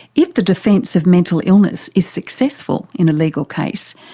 if the defence of mental illness is successful in a legal case,